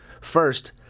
First